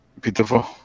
beautiful